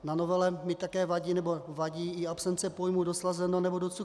Na novele mi také vadí, nebo vadí i absence pojmu doslazeno nebo docukřeno.